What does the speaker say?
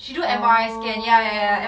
oh